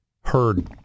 heard